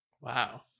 Wow